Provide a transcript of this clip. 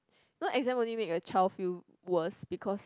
no exam only make a child feel worse because